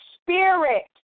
spirit